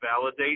validate